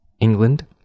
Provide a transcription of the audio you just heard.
England